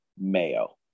mayo